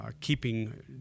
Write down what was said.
keeping